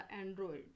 Android